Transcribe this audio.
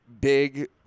big